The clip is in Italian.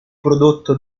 prodotto